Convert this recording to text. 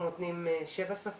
אנחנו במוקד נותנים תרגום של שבע שפות